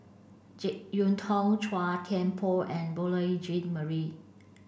Jek Yeun Thong Chua Thian Poh and Beurel Jean Marie